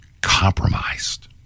compromised